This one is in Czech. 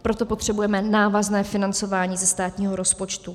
Proto potřebujeme návazné financování ze státního rozpočtu.